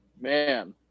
man